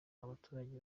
abaturage